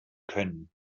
können